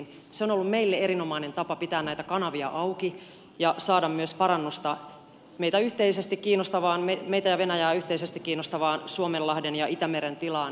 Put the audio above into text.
se on ollut meille erinomainen tapa pitää näitä kanavia auki ja saada myös parannusta meitä ja venäjää yhteisesti kiinnostavaan suomenlahden ja itämeren tilaan